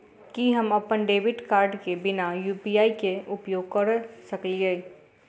की हम अप्पन debit card केँ बिना यु.पी.आई केँ उपयोग करऽ सकलिये?